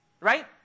right